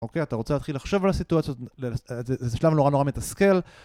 אוקיי? אתה רוצה להתחיל לחשוב על הסיטואציות? זה שלב נורא נורא מתסכל.